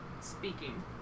speaking